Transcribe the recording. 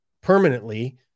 permanently